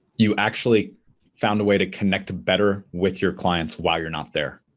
you actually found a way to connect to better with your clients while you're not there.